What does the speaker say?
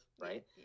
right